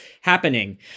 happening